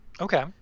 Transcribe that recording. Okay